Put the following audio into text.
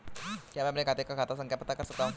क्या मैं अपने खाते का खाता संख्या पता कर सकता हूँ?